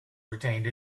retained